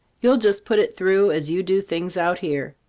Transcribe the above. you'll just put it through, as you do things out here.